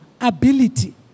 ability